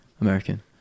American